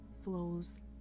flows